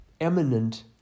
eminent